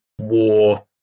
war